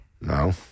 No